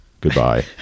Goodbye